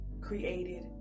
created